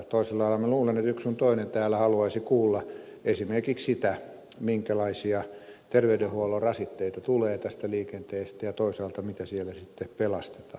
minä luulen että yksi sun toinen täällä haluaisi kuulla esimerkiksi minkälaisia terveydenhuollon rasitteita tulee tästä liikenteestä ja toisaalta mitä siellä sitten pelastetaan